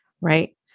Right